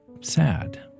sad